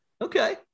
okay